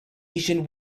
ancient